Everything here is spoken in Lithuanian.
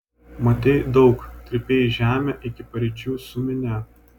matei daug trypei žemę iki paryčių su minia